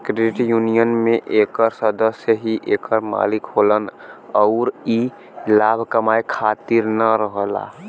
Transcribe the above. credit union में एकर सदस्य ही एकर मालिक होलन अउर ई लाभ कमाए खातिर न रहेला